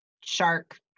shark